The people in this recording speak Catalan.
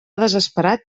desesperat